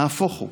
נהפוך הוא.